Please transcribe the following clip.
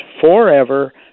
forever